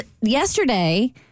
yesterday